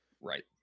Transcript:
Right